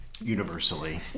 Universally